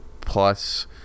plus